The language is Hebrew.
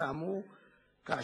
בזמן שאף אחד לא מדבר,